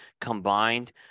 combined